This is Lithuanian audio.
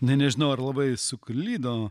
na nežinau ar labai suklydo